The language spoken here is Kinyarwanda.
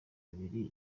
abiri